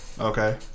okay